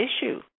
issue